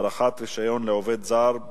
(ניכויים בעד פעילות רווחה),